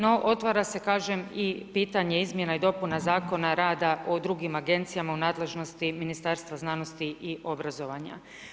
No otvara se kažem i pitanje izmjena i dopuna zakona rada o drugim agencijama u nadležnosti Ministarstva znanosti i obrazovanja.